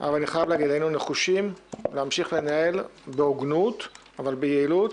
אבל היינו נחושים להמשיך לנהל בהוגנות אבל ביעילות